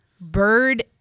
Bird